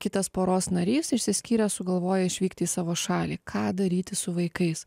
kitas poros narys išsiskyrę sugalvoja išvykt į savo šalį ką daryti su vaikais